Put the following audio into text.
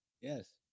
Yes